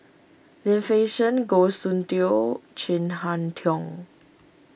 Lim Fei Shen Goh Soon Tioe Chin Harn Tong